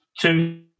two